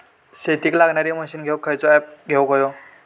शेतीक लागणारे मशीनी घेवक खयचो ऍप घेवक होयो?